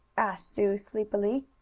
asked sue, sleepily.